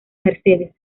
mercedes